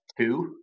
two